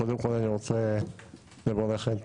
קודם כל אני רוצה לברך את